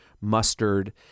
mustard